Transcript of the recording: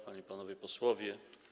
Panie i Panowie Posłowie!